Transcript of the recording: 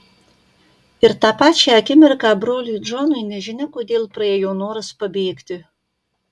ir tą pačią akimirką broliui džonui nežinia kodėl praėjo noras pabėgti